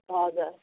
हजुर